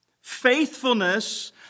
Faithfulness